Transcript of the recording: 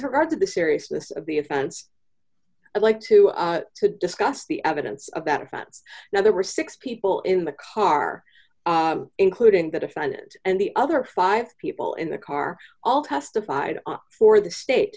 to the seriousness of the offense i'd like to discuss the evidence of that offense now there were six people in the car including the defendant and the other five people in the car all testified for the state